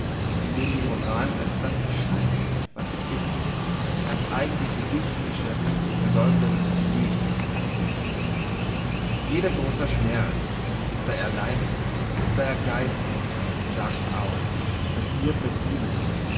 in dem die moral als das erscheint was sie ist als eigentliche giftmischerin und verleumderin des lebens jeder grosse schmerz sei er leiblich sei er geistig sagt aus was wir verdienen